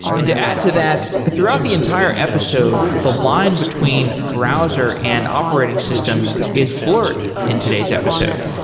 and to add to that, throughout the entire episode the line between browser and operating system is blurry in today's episode.